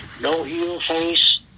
no-heel-face